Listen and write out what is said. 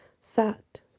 sat